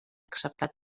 acceptat